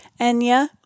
Enya